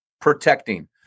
protecting